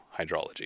hydrology